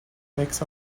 makes